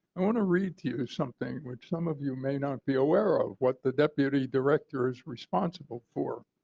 i want to read to you something which some of you may not be aware of, what the deputy director is responsible for.